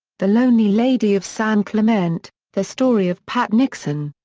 the lonely lady of san clemente the story of pat nixon.